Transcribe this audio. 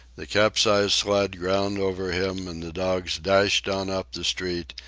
the capsized sled ground over him, and the dogs dashed on up the street,